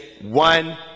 one